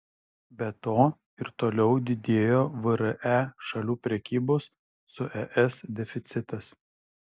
be to ir toliau didėjo vre šalių prekybos su es deficitas